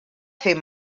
fer